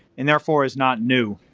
and therefore is not new.